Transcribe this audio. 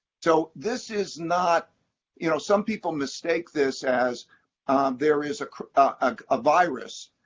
so this is not you know, some people mistake this as there is a ah ah virus,